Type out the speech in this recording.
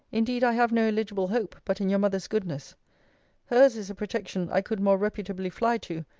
indeed, i have no eligible hope, but in your mother's goodness hers is a protection i could more reputably fly to,